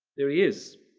there he is.